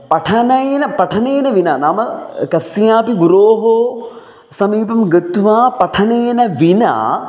पठनेन पठनेन विना नाम कस्यापि गुरोः समीपं गत्वा पठनेन विना